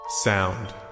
Sound